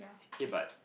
eh but